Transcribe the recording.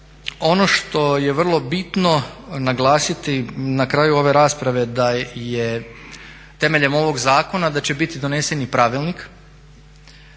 ono što je vrlo bitno naglasiti na kraju ove rasprave da je temeljem ovog zakona da će biti donesen i pravilnik